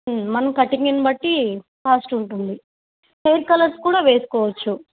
మన కటింగిని బట్టి కాస్ట్ ఉంటుంది హెయిర్ కలర్స్ కూడా వేసుకోవచ్చు